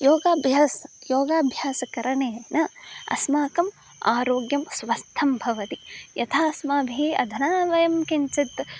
योगाभ्यासः योगाभ्यासकरणेन अस्माकम् आरोग्यं स्वस्थं भवति यथा अस्माभिः अधुना वयं किञ्चित्